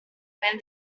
when